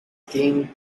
skiing